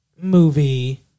Movie